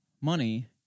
money